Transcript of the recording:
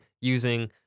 using